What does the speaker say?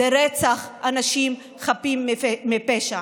זה רצח אנשים חפים מפשע.